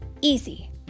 Easy